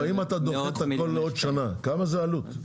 לא, אם אתה דוחה את הכול לעוד שנה, כמה זה עלות?